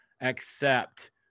accept